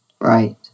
Right